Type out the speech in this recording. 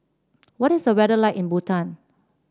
what is the weather like in Bhutan